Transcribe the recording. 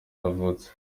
yavuze